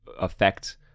affect